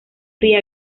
fría